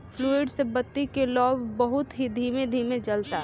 fluid से बत्ती के लौं बहुत ही धीमे धीमे जलता